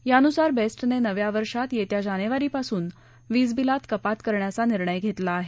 त्यानुसार बेस्टने नव्या वर्षात येत्या जानेवारीपासून वीज बिलात कपात करण्याचा निर्णय घेतला आहे